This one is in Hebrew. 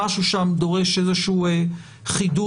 משהו שם דורש איזשהו חידוד